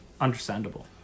understandable